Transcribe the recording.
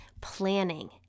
planning